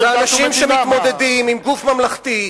זה אנשים שמתמודדים עם גוף ממלכתי,